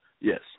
Yes